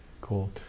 Cool